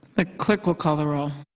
the clerk will call the roll.